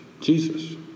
Jesus